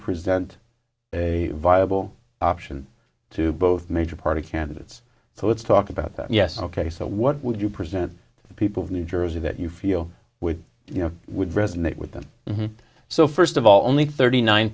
present a viable option to both major party candidates so let's talk about that yes ok so what would you present the people of new jersey that you feel would you know would resonate with them so first of all only thirty nine